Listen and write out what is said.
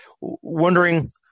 wondering